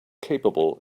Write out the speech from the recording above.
capable